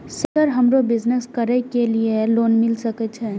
Sir हमरो business करके ली ये लोन मिल सके छे?